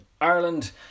Ireland